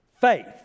faith